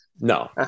no